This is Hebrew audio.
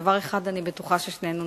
על דבר אחד אני בטוחה ששנינו נסכים,